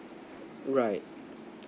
right